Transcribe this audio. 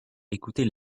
écoutez